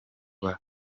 kuba